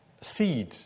seed